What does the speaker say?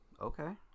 Okay